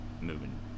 moving